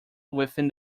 within